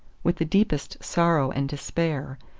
with the deepest sorrow and despair,